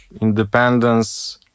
independence